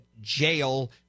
jail